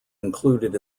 included